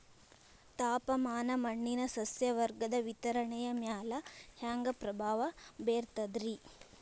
ತಾಪಮಾನ ಮಣ್ಣಿನ ಸಸ್ಯವರ್ಗದ ವಿತರಣೆಯ ಮ್ಯಾಲ ಹ್ಯಾಂಗ ಪ್ರಭಾವ ಬೇರ್ತದ್ರಿ?